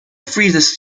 freezes